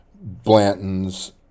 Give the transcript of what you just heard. Blanton's